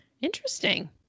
Interesting